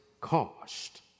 cost